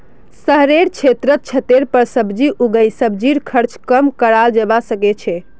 शहरेर क्षेत्रत छतेर पर सब्जी उगई सब्जीर खर्च कम कराल जबा सके छै